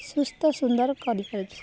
ସୁସ୍ଥ ସୁନ୍ଦର କରିପାରୁଛି